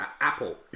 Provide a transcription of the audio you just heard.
apple